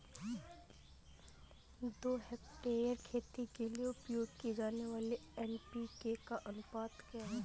दो हेक्टेयर खेती के लिए उपयोग की जाने वाली एन.पी.के का अनुपात क्या है?